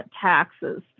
taxes